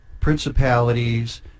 principalities